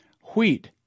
wheat